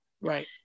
Right